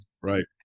right